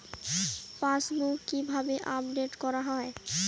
Passbook কিভাবে update করা হয়?